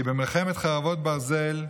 כי מלחמת חרבות ברזל,